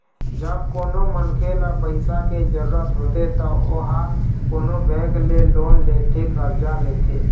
जब कोनो मनखे ल पइसा के जरुरत होथे त ओहा कोनो बेंक ले लोन लेथे करजा लेथे